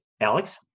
Alex